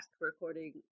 recording